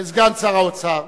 כסגן שר האוצר,